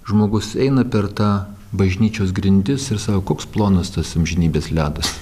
žmogus eina per tą bažnyčios grindis ir sako koks plonas tas amžinybės ledas